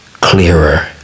Clearer